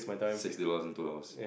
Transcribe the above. sixty dollars in two hours